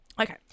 Okay